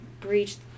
breached